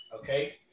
okay